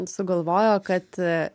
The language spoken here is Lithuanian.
sugalvojo kad